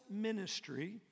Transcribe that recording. ministry